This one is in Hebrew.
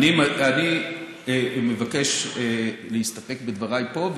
אני מבקש להסתפק בדבריי פה,